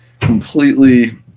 completely